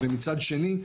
ומצד שני,